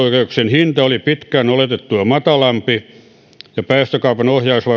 hinta oli pitkään oletettua matalampi ja päästökaupan